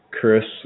Chris